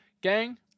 gang